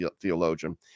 theologian